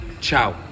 Ciao